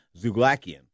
Zuglakian